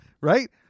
Right